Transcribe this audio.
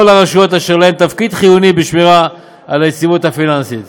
הרשויות אשר להן תפקיד חיוני בשמירה על היציבות הפיננסית.